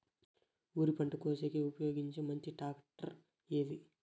వరి పంట కోసేకి ఉపయోగించే మంచి టాక్టర్ ఏది?